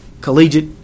collegiate